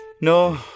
No